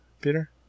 peter